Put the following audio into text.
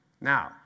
Now